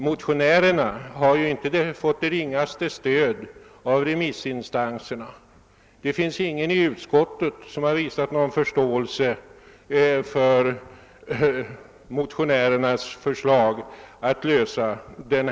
Motionärerna har ju inte fått det ringaste stöd av remissinstanserna, och det finns ingen i utskottet som har visat någon förståelse för motionärernas förslag.